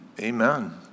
Amen